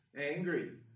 angry